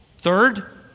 Third